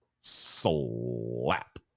slap